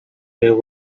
there